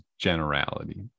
generality